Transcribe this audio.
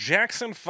Jackson